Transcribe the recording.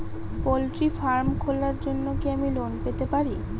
Poultry farm খোলার জন্য কি আমি লোন পেতে পারি?